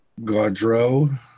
Gaudreau